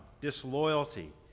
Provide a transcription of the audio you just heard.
disloyalty